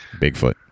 Bigfoot